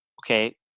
Okay